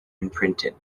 imprinted